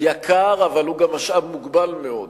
יקר אבל היא גם משאב מוגבל מאוד.